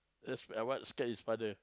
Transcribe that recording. that's I what scared his father